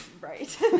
right